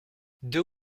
deux